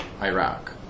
Iraq